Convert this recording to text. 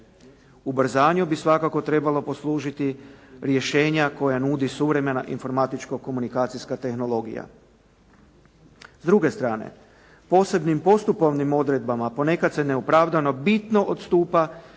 Ubrzanju bi svakako trebala poslužiti rješenja koja nudi suvremena informatičko-komunikacijska tehnologija. S druge strane posebnim postupovnim odredbama ponekad se neopravdano bitno odstupa